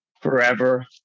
forever